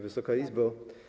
Wysoka Izbo!